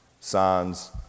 signs